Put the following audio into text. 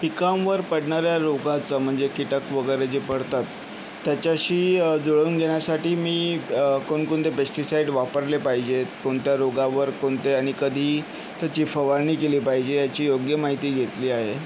पिकांवर पडणाऱ्या रोगाचा म्हणजे कीटक वगैरे जे पडतात त्याच्याशी जुळवून घेण्यासाठी मी कोणकोणते पेस्टीसाईड वापरले पाहिजेत कोणत्या रोगावर कोणते आणि कधी त्याची फवारणी केली पाहिजे याची योग्य माहिती घेतली आहे